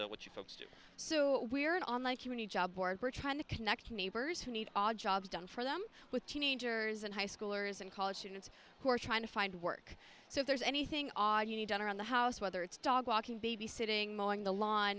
do what you folks do so weird on like uni job or we're trying to connect neighbors who need odd jobs done for them with teenagers and high schoolers and college students who are trying to find work so if there's anything odd you need done around the house whether it's dog walking babysitting mowing the lawn